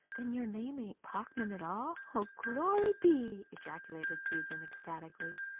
then your name ain't parkman, at all! oh, glory be! ejaculated susan ecstatically.